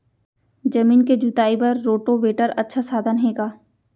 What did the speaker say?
जमीन के जुताई बर रोटोवेटर अच्छा साधन हे का?